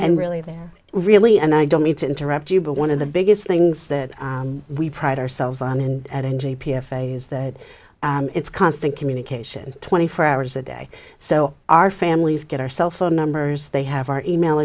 and really there really and i don't mean to interrupt you but one of the biggest things that we pride ourselves on and enjoy a p f a is that it's constant communication twenty four hours a day so our families get our cell phone numbers they have our e mail